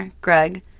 Greg